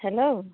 hello